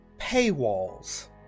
Paywalls